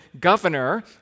governor